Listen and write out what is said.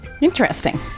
Interesting